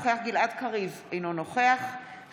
אינו נוכח גלעד קריב,